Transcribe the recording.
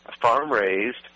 farm-raised